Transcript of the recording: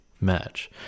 match